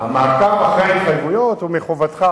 המעקב אחרי ההתחייבויות הוא מחובתך